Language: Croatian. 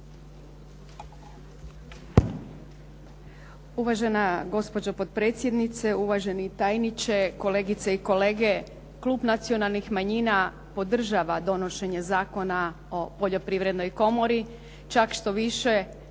Uvažena gospođo potpredsjednice, uvaženi tajniče, kolegice i kolege. Klub nacionalnih manjina podržava donošenje Zakona o poljoprivrednoj komori, čak što više